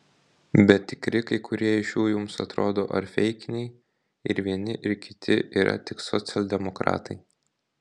bet tikri kai kurie iš jų jums atrodo ar feikiniai ir vieni ir kiti yra tik socialdemokratai